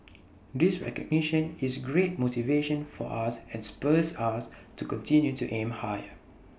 this recognition is great motivation for us and spurs us to continue to aim higher